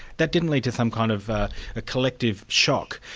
that didn't lead to some kind of ah ah collective shock.